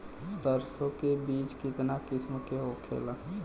सरसो के बिज कितना किस्म के होखे ला?